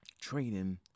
training